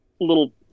little